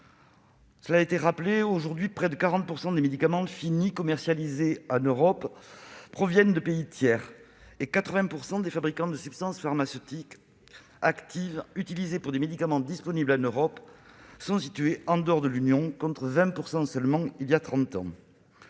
de production. Aujourd'hui, près de 40 % des médicaments finis commercialisés dans l'Union européenne proviennent de pays tiers, et 80 % des fabricants de substances pharmaceutiques actives utilisées pour des médicaments disponibles en Europe sont situés en dehors de l'Union, contre 20 % seulement voilà trente ans.